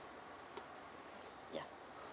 yeah